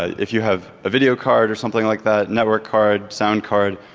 if you have a video card or something like that, network card, sound card,